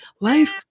life